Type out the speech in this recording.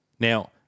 Now